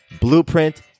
blueprint